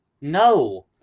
No